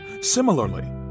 Similarly